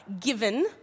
given